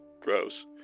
gross